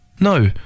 No